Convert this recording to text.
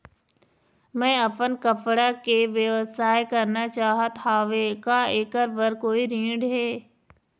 मैं अपन कपड़ा के व्यवसाय करना चाहत हावे का ऐकर बर कोई ऋण हे?